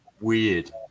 weird